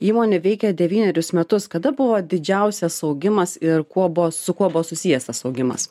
įmonė veikia devynerius metus kada buvo didžiausias augimas ir kuo buvo su kuo buvo susijęs tas augimas